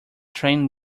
trained